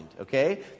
okay